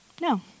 no